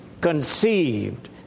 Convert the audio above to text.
conceived